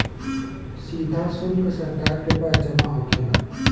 सीधा सुल्क सरकार के पास जमा होखेला